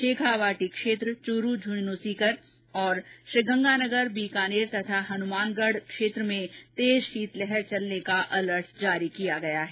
शेखावाटी क्षेत्र चूरू झुंझुन सीकर और श्रीगंगानगर बीकानेर हनुमानगढ़ इलाके में तेज शीतलहर चलने का अलर्ट जारी किया गया हैं